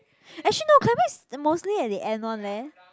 actually no climax mostly at the end leh